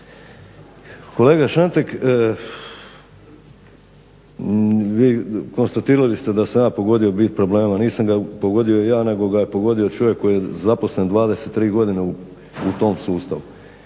Kolega Šantek, vi konstatirali ste da sam ja pogodio bit problema, nisam ga pogodio ja nego ga je pogodio čovjek koji je zaposlen 23 godine u tom sustavu.